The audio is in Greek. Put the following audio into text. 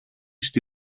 στη